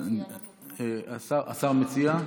השר מציע?